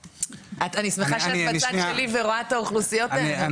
אני שמחה שאת בצד שלי ורואה את האוכלוסיות האלה אבל